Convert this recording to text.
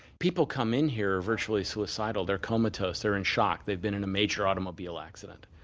people come in here virtually suicidal they're comatose, they're in shock, they've been in a major automobile accident.